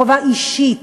חובה אישית.